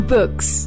Books